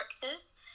characters